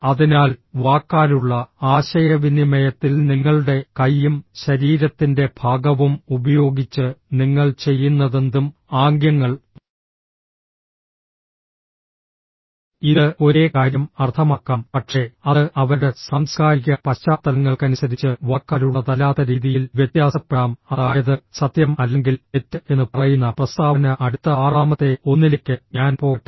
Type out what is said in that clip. അതിനാൽ വാക്കാലുള്ള ആശയവിനിമയത്തിൽ നിങ്ങളുടെ കൈയും ശരീരത്തിന്റെ ഭാഗവും ഉപയോഗിച്ച് നിങ്ങൾ ചെയ്യുന്നതെന്തും ആംഗ്യങ്ങൾ ഇത് ഒരേ കാര്യം അർത്ഥമാക്കാം പക്ഷേ അത് അവരുടെ സാംസ്കാരിക പശ്ചാത്തലങ്ങൾക്കനുസരിച്ച് വാക്കാലുള്ളതല്ലാത്ത രീതിയിൽ വ്യത്യാസപ്പെടാം അതായത് സത്യം അല്ലെങ്കിൽ തെറ്റ് എന്ന് പറയുന്ന പ്രസ്താവന അടുത്ത ആറാമത്തെ ഒന്നിലേക്ക് ഞാൻ പോകട്ടെ